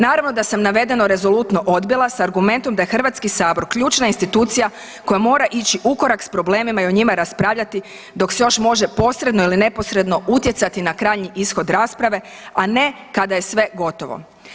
Naravno da sam navedeno rezolutno odbila s argumentom da je HS ključna institucija koja mora ići ukorak s problemima i o njima raspravljati dok se još može posredno ili neposredno utjecati na krajnji ishod rasprave, a ne kada je sve gotovo.